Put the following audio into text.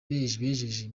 bejeje